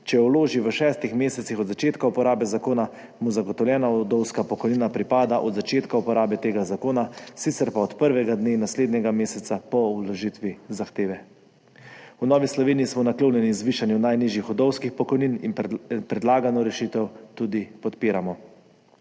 Če jo vloži v šestih mesecih od začetka uporabe zakona, mu zagotovljena vdovska pokojnina pripada od začetka uporabe tega zakona, sicer pa od prvega dne naslednjega meseca po vložitvi zahteve. V Novi Sloveniji smo naklonjeni zvišanju najnižjih vdovskih pokojnin in predlagano rešitev tudi podpiramo.